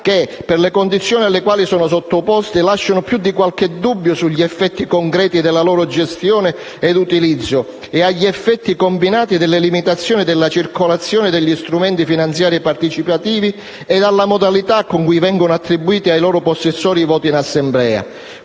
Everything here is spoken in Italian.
che, per le condizioni alle quali sono sottoposte, lasciano più di qualche dubbio sugli effetti concreti della loro gestione e utilizzo e sugli effetti combinati delle limitazioni della circolazione degli strumenti finanziari partecipativi e sulla modalità con cui vengono attribuiti ai loro possessori i voti in assemblea.